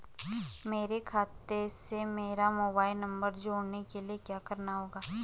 मेरे खाते से मेरा मोबाइल नम्बर जोड़ने के लिये क्या करना होगा?